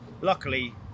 luckily